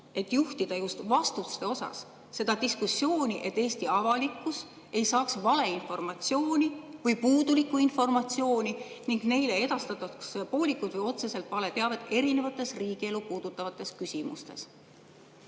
et juhtida just vastuste osas seda diskussiooni, et Eesti avalikkus ei saaks valeinformatsiooni või puudulikku informatsiooni ning ei edastataks poolikut või otseselt vale teavet riigielu puudutavates küsimustes.